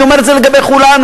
אני אומר את זה לגבי כולנו.